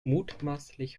mutmaßlich